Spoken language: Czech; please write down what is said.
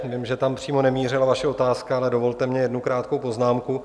Vím, že tam přímo nemířila vaše otázka, ale dovolte mně jednu krátkou poznámku.